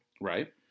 Right